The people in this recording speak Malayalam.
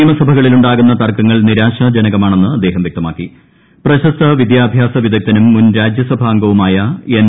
നിയമസഭകളിലുണ്ടാകുന്ന് ത്ർക്കങ്ങൾ നിരാശാജനകമാണെന്ന് അദ്ദേഹം വ്യക്തമാക്കി പ്രപ്ശസ്ത വിദ്യാഭ്യാസ വിദഗ്ധനും മുൻ രാജ്യസഭാ അംഗവുമാ്യ എൻ